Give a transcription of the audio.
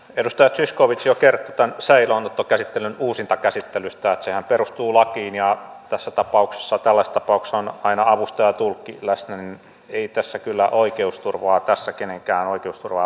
edustaja zyskowicz jo kertoi tämän säilöönottokäsittelyn uusintakäsittelystä sen että sehän perustuu lakiin ja tällaisessa tapauksessa on aina avustaja ja tulkki läsnä niin ei tässä kyllä kenenkään oikeusturvaa vahingoiteta